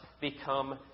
become